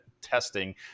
testing